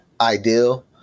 ideal